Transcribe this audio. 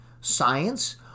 science